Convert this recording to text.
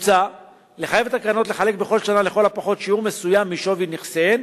מוצע לחייב את הקרנות לחלק בכל שנה לכל הפחות שיעור מסוים משווי נכסיהן,